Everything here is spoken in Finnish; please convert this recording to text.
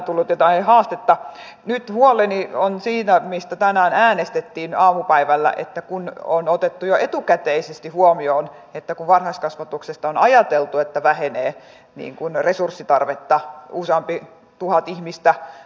ja varmaan jokainen kuntapäättäjä on sen omassa toiminnassaan nähnyt että yhä enenevässä määrin kuntien pitäisi sitten vastata suuremmalta osuudelta esimerkiksi niistä hankkeista mitkä tehdään sitten valtion tieverkkoon